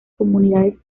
comunidades